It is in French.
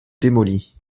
démolie